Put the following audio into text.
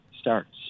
starts